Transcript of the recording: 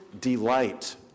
delight